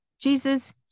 Jesus